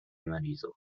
مریضو